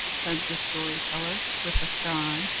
said the story-teller, with a sigh.